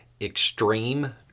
extreme